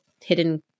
hidden